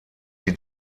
die